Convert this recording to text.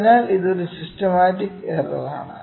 അതിനാൽ ഇത് ഒരു സിസ്റ്റമാറ്റിക് എറർ ആണ്